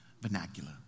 vernacular